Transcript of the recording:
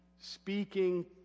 speaking